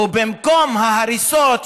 ובמקום ההריסות,